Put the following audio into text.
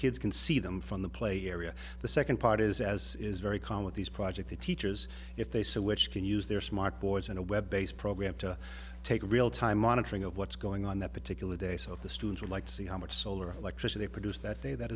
kids can see them from the play area the second part is as is very calm with these project the teachers if they so which can use their smart boards and a web based program to take real time monitoring of what's going on that particular day so the students would like to see how much solar electricity produced that day that